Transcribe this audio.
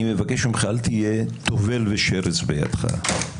אני מבקש ממך אל תהיה טובל ושרץ בידך.